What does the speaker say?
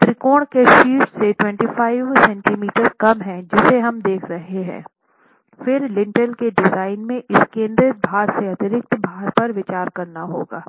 त्रिकोण के शीर्ष से 25 सेंटीमीटर कम है जिसे हम देख रहे थे फिर लिंटेल के डिज़ाइन में इस केंद्रित भार से अतिरिक्त भार पर विचार करना होगा